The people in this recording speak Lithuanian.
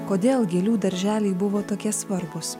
kodėl gėlių darželiai buvo tokie svarbūs